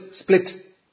split